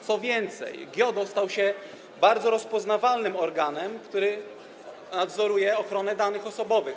Co więcej, GIODO stał się bardzo rozpoznawalnym organem, który nadzoruje ochronę danych osobowych.